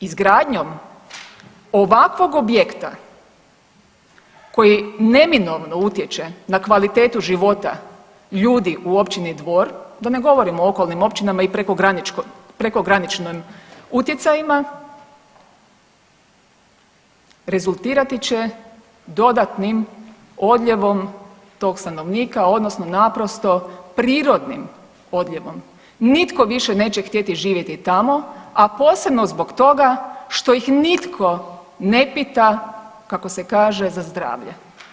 Izgradnjom ovakvog objekta koji neminovno utječe na kvalitetu života ljudi u općini Dvor da ne govorim o okolnim općinama i prekograničnim utjecajima rezultirati će dodatnim odljevom tog stanovništva odnosno naprosto prirodnim odljevom, nitko više neće htjeti živjeti tamo, a posebno zbog toga što ih nitko ne pita kako se kaže za zdravlje.